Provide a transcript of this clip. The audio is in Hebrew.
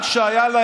רק שנייה.